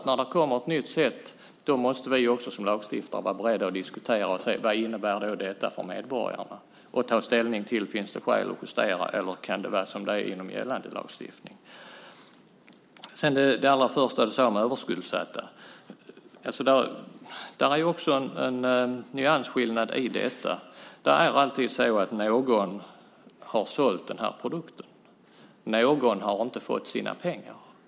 När det kommer ett nytt sätt måste vi som lagstiftare, helt klart, vara beredda att diskutera och se vad det innebär för medborgarna. Och vi måste ta ställning till frågan: Finns det skäl att justera, eller kan det vara som det är inom gällande lagstiftning? Du pratade allra först om överskuldsatta. Det finns också en nyansskillnad i detta. Det är alltid så att någon har sålt den här produkten. Någon har inte fått sina pengar.